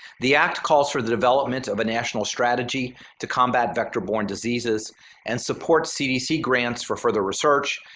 the act calls for the development of a national strategy to combat vector-borne diseases and support cdc grants for further research,